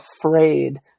afraid